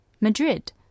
Madrid